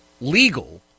legal